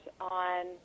on